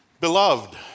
Beloved